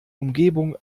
umgebung